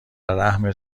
رحم